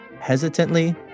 hesitantly